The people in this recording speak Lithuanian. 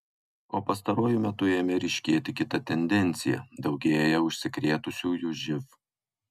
o pastaruoju metu ėmė ryškėti kita tendencija daugėja užsikrėtusiųjų živ